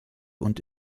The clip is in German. und